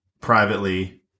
privately